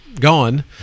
gone